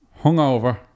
hungover